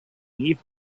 evening